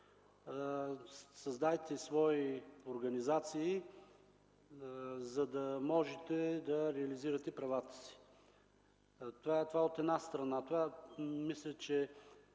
създайте свои организации, за да можете да реализирате правата си! Това е от една страна. Мисля, че